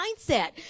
mindset